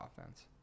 offense